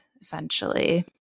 essentially